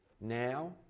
Now